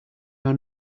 your